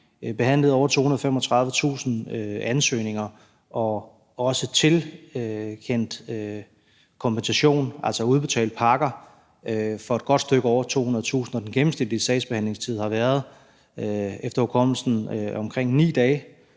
behandlet over 235.000 ansøgninger og også tilkendt kompensation, altså udbetalt pakker, for et godt stykke over 200.000, og den gennemsnitlige sagsbehandlingstid har været, efter hukommelsen, omkring 9 dage